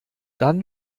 dann